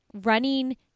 running